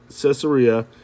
Caesarea